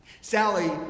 Sally